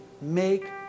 make